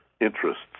interests